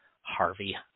Harvey